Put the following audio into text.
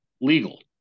legal